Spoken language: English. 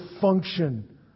function